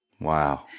Wow